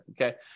okay